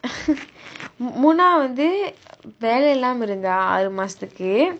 munah வந்து வேலை இல்லாமே இருந்தாள் ஆறு மாசத்துக்கு:vanthu velai illaamal irunthaal aaru maasatthukku